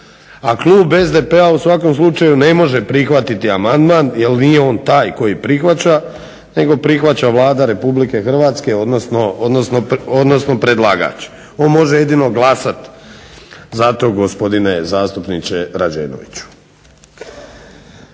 A klub SDP-a u svakom slučaju ne može prihvatiti amandman, jer nije on taj koji prihvaća, nego prihvaća Vlada Republike Hrvatske odnosno predlagač. On može jedino glasati za to gospodine zastupniče Rađenoviću.